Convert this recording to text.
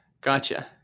Gotcha